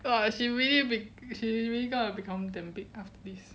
!wah! she really be~ she really gonna become damn big after this